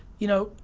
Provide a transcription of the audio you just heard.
you know,